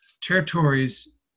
territories